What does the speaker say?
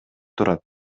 турат